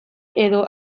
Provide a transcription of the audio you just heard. edo